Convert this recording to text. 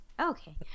Okay